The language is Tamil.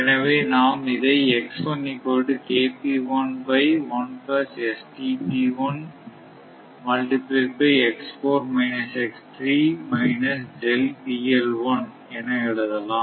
எனவே நாம் இதை என எழுதலாம்